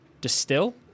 Distill